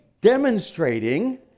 demonstrating